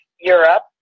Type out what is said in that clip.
Europe